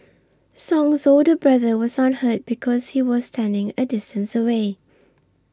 song's older brother was unhurt because he was standing a distance away